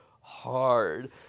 hard